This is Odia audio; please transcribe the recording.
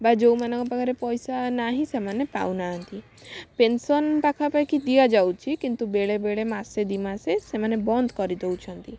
ବା ଯେଉଁମାନଙ୍କ ପାଖରେ ପଇସା ନାହିଁ ସେମାନେ ପାଉନାହାଁନ୍ତି ପେନସନ ପାଖପାଖି ଦିଆଯାଉଛି କିନ୍ତୁ ବେଳେ ବେଳେ ମାସେ ଦୁଇ ମାସ ସେମାନେ ବନ୍ଦ କରିଦେଉଛନ୍ତି